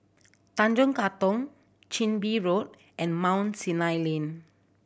Tanjong Katong Chin Bee Road and Mount Sinai Lane